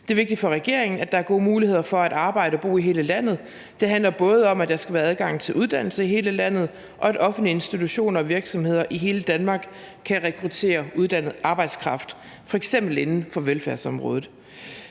Det er vigtigt for regeringen, at der er gode muligheder for at arbejde og bo i hele landet. Det handler både om, at der skal være adgang til uddannelse i hele landet, og at offentlige institutioner og virksomheder i hele Danmark kan rekruttere uddannet arbejdskraft f.eks. inden for velfærdsområdet.